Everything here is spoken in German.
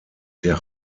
der